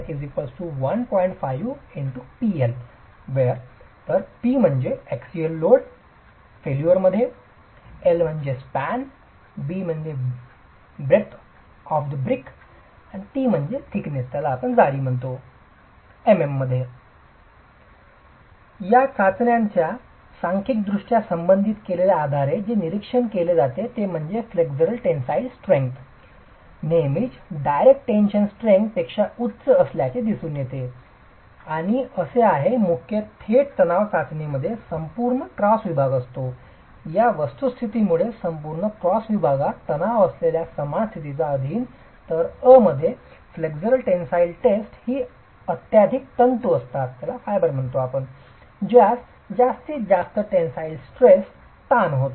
5PL Bt2 P axial load at failure of unit in flexure L span B breadth of brick unit t thickness of brick unit या चाचण्यांच्या सांख्यिकीयदृष्ट्या संबंधित संख्येच्या आधारे जे निरीक्षण केले जाते ते म्हणजे फ्लेक्सरल टेनसाईल स्ट्रेंग्थ नेहमीच डायरेक्ट टेन्शन स्ट्रेंग्थ पेक्षा उच्च असल्याचे दिसून येते आणि असे आहे मुख्यत थेट तणाव चाचणीमध्ये संपूर्ण क्रॉस विभाग असतो या वस्तुस्थितीमुळे संपूर्ण क्रॉस विभागात समान तणाव असलेल्या समान स्थितीचा अधीन तर अ मध्ये फ्लेक्सरल टेनसाईल टेस्ट ही अत्यधिक तंतू असतात ज्यास जास्तीत जास्त टेनसाईल स्ट्रेस ताण होतो